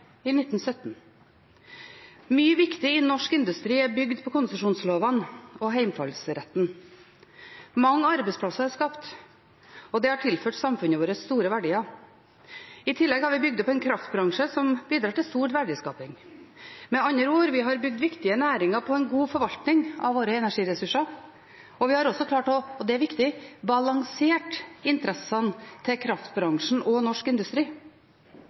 i 1917. Mye viktig i norsk industri er bygd på konsesjonslovene og hjemfallsretten. Mange arbeidsplasser er skapt, og det har tilført samfunnet vårt store verdier. I tillegg har vi bygd opp en kraftbransje som bidrar til stor verdiskaping. Med andre ord: Vi har bygd viktige næringer på en god forvaltning av våre energiressurser, og vi har også klart – og det er viktig – å balansere interessene til kraftbransjen og norsk industri.